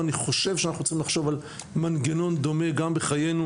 ואני חושב שאנחנו צריכים לחשוב על מנגנון דומה גם בחיינו,